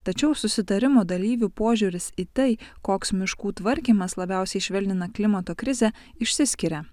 tačiau susitarimo dalyvių požiūris į tai koks miškų tvarkymas labiausiai švelnina klimato krizę išsiskiria